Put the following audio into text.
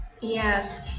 Yes